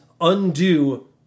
undo